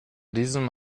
diesem